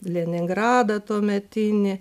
leningradą tuometinį